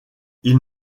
ils